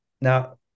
Now